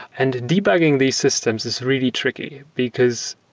and debugging these systems is really tricky, because